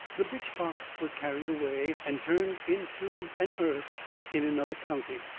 the bitch-fox was carried away, and turned into an earth in another county.